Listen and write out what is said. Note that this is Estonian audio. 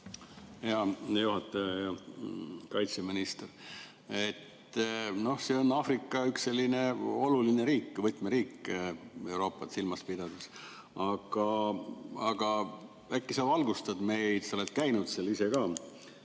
Hea kaitseminister! See on Aafrika üks selline oluline riik, võtmeriik, Euroopat silmas pidades. Äkki sa valgustad meid, sa oled käinud seal ka